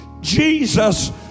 Jesus